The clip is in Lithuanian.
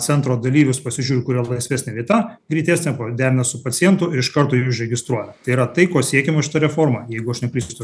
centro dalyvius pasižiūri kur yra laisvesnė vieta greitesnė paderina su pacientu iš karto jį užregistruoja tai yra tai ko siekiama šita reforma jeigu aš neklystu